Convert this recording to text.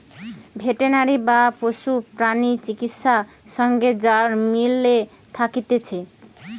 veterinary বা পশু প্রাণী চিকিৎসা সঙ্গে যারা মিলে থাকতিছে